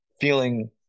feeling